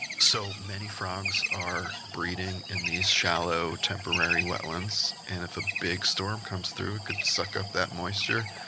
so, many frogs are breeding in these shallow temporary wetlands. and if a big storm comes through it could suck up that moisture,